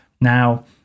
Now